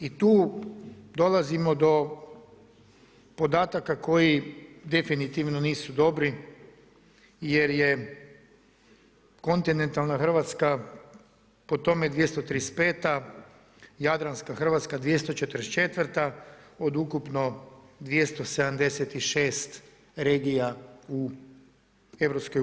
I tu dolazimo do podataka koji definitivno nisu dobri jer je kontinentalna Hrvatska po tome 235, Jadranska Hrvatska 244 od ukupno 276 regija u EU.